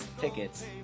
tickets